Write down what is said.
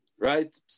right